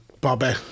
Bobby